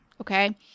okay